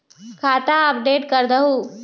खाता अपडेट करदहु?